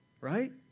right